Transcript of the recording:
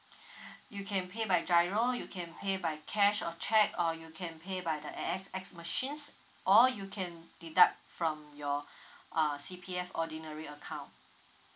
you can pay by G_I_R_O you can pay by cash or cheque or you can pay by the AXS machines or you can deduct from your err C_P_F ordinary account